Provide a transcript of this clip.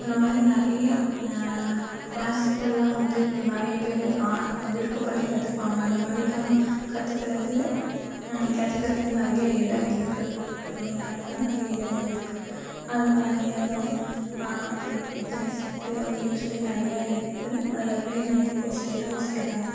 இந்த மாதிரி நிறையா கிளாஸிக்கள்லாம் வந்து இப்போது நிறைய பேர் விருப்பப்பட்டு கற்றுக்குவாங்க அந்தமாதிரிலாம் கற்றுக்கறது கற்றுக்குறதுக்கு நிறையா இடம் இருக்கு தமிழ்நாட்டில் நிறைய இடங்கள் இருக்கு அதுக்கான நேரம் இத்தனை சீட்டு அப்படின்னு சொல்லி நிறையா இருக்கு அதில் போய் நிறையா பேர் சேரவும் செய்கிறாங்க